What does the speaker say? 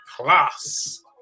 Plus